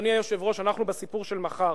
אדוני היושב-ראש, אנחנו בסיפור של מחר.